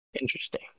Interesting